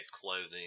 clothing